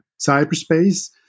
cyberspace